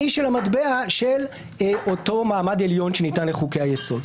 של המטבע של אותו מעמד עליון שניתן לחוקי היסוד.